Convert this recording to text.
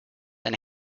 and